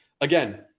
again